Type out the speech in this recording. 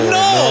no